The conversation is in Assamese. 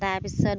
তাৰ পিছত